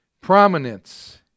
prominence